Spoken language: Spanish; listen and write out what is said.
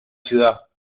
ciudad